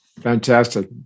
Fantastic